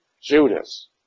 Judas